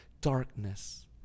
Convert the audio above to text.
darkness